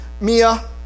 Mia